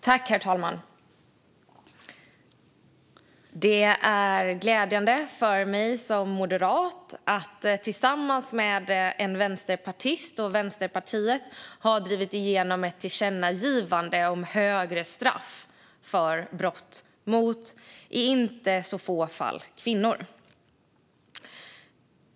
Herr talman! Det är glädjande för mig som moderat att tillsammans med Vänsterpartiet ha fått igenom ett tillkännagivande om högre straff för brott mot i inte så få fall kvinnor.